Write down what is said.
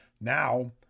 Now